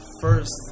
first